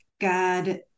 god